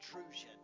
intrusion